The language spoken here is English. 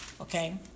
Okay